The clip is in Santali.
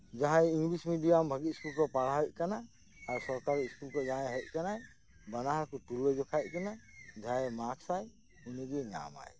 ᱡᱟᱦᱟᱸᱭ ᱤᱝᱞᱤᱥ ᱢᱤᱰᱤᱭᱟᱢ ᱵᱷᱟᱜᱤ ᱥᱠᱩᱞ ᱠᱚ ᱯᱟᱲᱦᱟᱣ ᱮᱫ ᱠᱟᱱᱟ ᱟᱨ ᱥᱚᱠᱟᱨ ᱥᱠᱩᱞ ᱠᱷᱚᱱ ᱡᱟᱦᱟᱸᱭ ᱦᱮᱡ ᱠᱟᱱᱟᱭ ᱵᱟᱱᱟᱦᱚᱲ ᱛᱩᱞᱟᱹ ᱡᱚᱠᱷᱟᱭᱮᱫ ᱠᱤᱱᱟ ᱡᱟᱦᱟᱸᱭ ᱢᱟᱨᱠᱥ ᱟᱭ ᱩᱱᱤᱜᱮ ᱧᱟᱢᱟᱭ